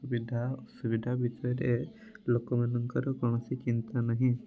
ସୁବିଧା ଅସୁବିଧା ଭିତରେ ଲୋକମାନଙ୍କର କୌଣସି ଚିନ୍ତା ନାହିଁ